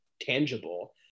tangible